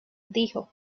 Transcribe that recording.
dijo